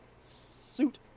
suit